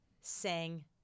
sang